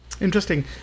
Interesting